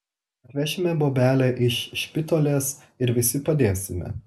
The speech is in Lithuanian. atvešime bobelę iš špitolės ir visi padėsime